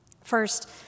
First